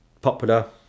popular